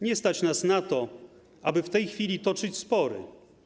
Nie stać nas na to, aby w tej chwili toczyć spory.